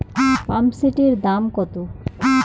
পাম্পসেটের দাম কত?